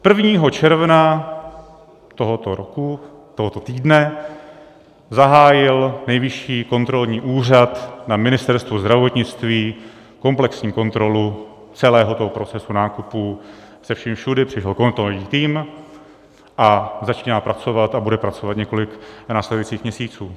Prvního června tohoto roku, tohoto týdne, zahájil Nejvyšší kontrolní úřad na Ministerstvu zdravotnictví komplexní kontrolu celého procesu nákupu se vším všudy, přišel kontrolní tým a začíná pracovat a bude pracovat několik následujících měsíců.